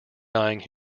dying